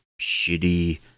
shitty